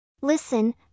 Listen